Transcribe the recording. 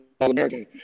All-American